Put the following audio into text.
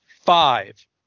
Five